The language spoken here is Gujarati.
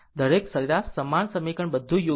દરેક સરેરાશ સમાન સમીકરણ બધું યોગ્ય છે